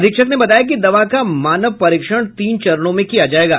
अधीक्षक ने बताया कि दवा का मानव परीक्षण तीन चरणों में किया जायेगा